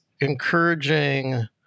encouraging